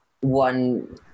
one